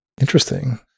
Interesting